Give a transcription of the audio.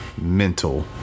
mental